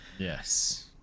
Yes